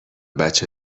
بچه